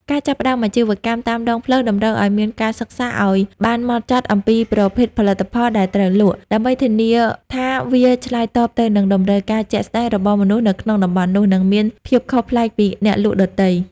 ការចាប់ផ្ដើមអាជីវកម្មតាមដងផ្លូវតម្រូវឱ្យមានការសិក្សាឱ្យបានហ្មត់ចត់អំពីប្រភេទផលិតផលដែលត្រូវលក់ ដើម្បីធានាថាវាឆ្លើយតបទៅនឹងតម្រូវការជាក់ស្ដែងរបស់មនុស្សនៅក្នុងតំបន់នោះ និងមានភាពខុសប្លែកពីអ្នកលក់ដទៃ។